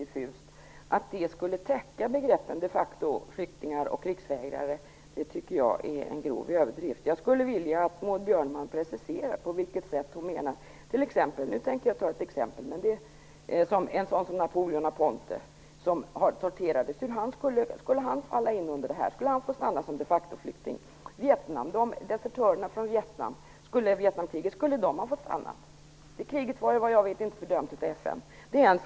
Att säga att det skulle täcka begreppen de facto-flyktingar och krigsvägrare tycker jag är en grov överdrift. Jag skulle vilja att Maud Björnemalm preciserade vad hon menar. Skulle exempelvis Napoleon Aponte, som har torterats, få stanna här som de facto-flykting? Och hur är det med desertörerna från Vietnamkriget? Skulle de ha fått stanna? Det kriget har, såvitt jag vet, inte fördömts av FN.